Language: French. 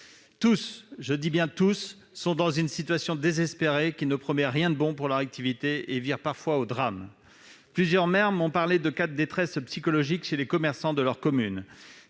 je dis bien tous, sont dans une situation désespérée : ils n'attendent rien de bon pour leur activité, et leur existence vire parfois au drame. Plusieurs maires m'ont ainsi parlé de cas de détresse psychologique chez les commerçants de leur commune.